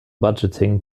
budgeting